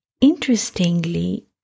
Interestingly